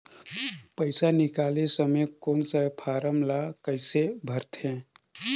पइसा निकाले समय कौन सा फारम ला कइसे भरते?